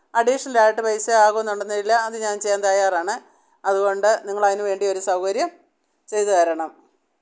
അഡീഷ്ണലായിട്ട് പൈസ ആകുന്നുണ്ടെന്നേൽ അതു ഞാന് ചെയ്യാന് തയ്യാറാണ് അതുകൊണ്ട് നിങ്ങളതിനു വേണ്ടി ഒരു സൗകര്യം ചെയ്തു തരണം